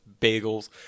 bagels